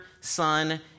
Son